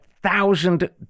thousand